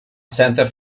center